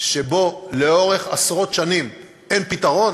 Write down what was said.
שבו לאורך עשרות שנים אין פתרון,